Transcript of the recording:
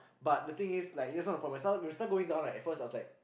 but the thing is like you know some of the start start going down at first I was like